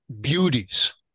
beauties